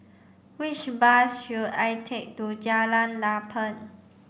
which bus should I take to Jalan Lapang